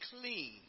clean